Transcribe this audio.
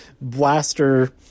blaster